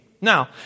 Now